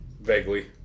Vaguely